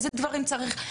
איזה דברים צריך.